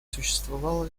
существовало